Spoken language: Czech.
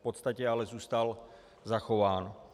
V podstatě ale zůstal zachován.